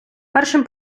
першим